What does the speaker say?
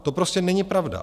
To prostě není pravda.